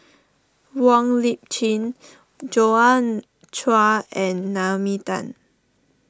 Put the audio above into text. Wong Lip Chin Joi Chua and Naomi Tan